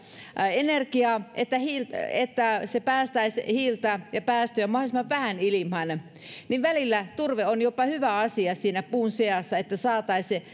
energiaa että se päästäisi hiiltä ja päästöjä mahdollisimman vähän ilmaan ja välillä turve on jopa hyvä asia siinä puun seassa että saataisiin